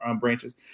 branches